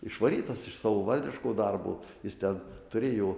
išvarytas iš savo valdiško darbo jis ten turėjo